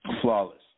flawless